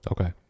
Okay